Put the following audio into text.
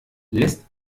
lässt